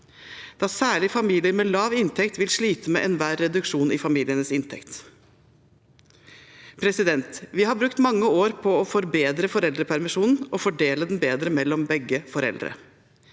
da særlig familier med lav inntekt vil slite med enhver reduksjon i familiens inntekt. Vi har brukt mange år på å forbedre foreldrepermisjonen og fordele den bedre mellom begge foreldre.